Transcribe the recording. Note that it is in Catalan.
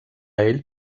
ell